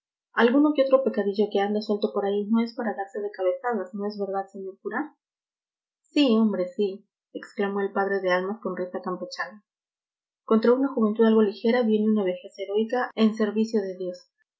alguno que otro pecadillo que anda suelto por ahí no es para darse de cabezadas no es verdad señor cura sí hombre sí exclamó el padre de almas con risa campechana contra una juventud algo ligera viene una vejez heroica en servicio de dios